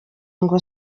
ngo